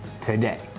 today